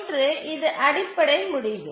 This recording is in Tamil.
ஒன்று இது அடிப்படை முடிவு